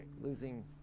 losing